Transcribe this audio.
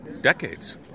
decades